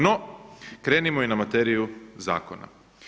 No, krenimo i na materiju zakona.